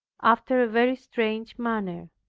after a very strange manner.